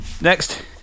Next